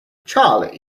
charley